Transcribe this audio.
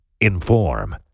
Inform